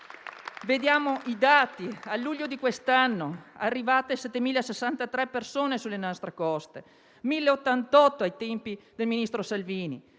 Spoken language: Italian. Vediamo i dati. A luglio di quest'anno sono arrivate 7.063 persone sulle nostre coste, contro le 1.088 dei tempi del ministro Salvini;